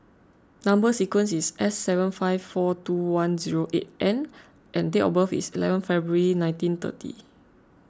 Number Sequence is S seven five four two one zero eight N and date of birth is eleven February nineteen thirty